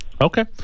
Okay